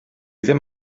ddim